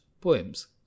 poems